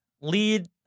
Lead